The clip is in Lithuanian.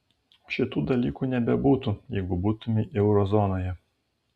šitų dalykų nebebūtų jeigu būtumei euro zonoje